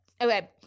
Okay